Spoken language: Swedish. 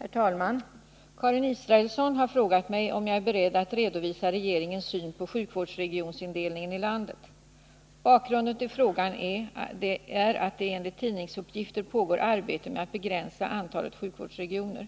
Herr talman! Karin Israelsson har frågat mig om jag är beredd att redovisa regeringens syn på sjukvårdsregionsindelningen i landet. Bakgrunden till frågan är att det enligt tidningsuppgifter pågår arbete med att begränsa antalet sjukvårdsregioner.